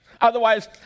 Otherwise